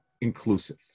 inclusive